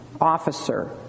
officer